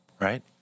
right